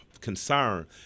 concern